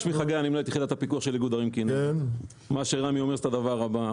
מה שרמ"י אומר זה את הדבר הבא,